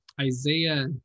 Isaiah